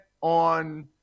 on